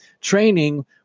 training